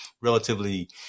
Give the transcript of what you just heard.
relatively